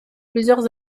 plusieurs